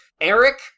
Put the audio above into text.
Eric